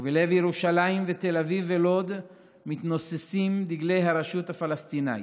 ובלב ירושלים ותל אביב ולוד מתנוססים דגלי הרשות הפלסטינית,